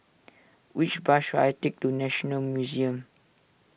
which bus should I take to National Museum